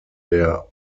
der